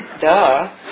Duh